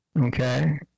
Okay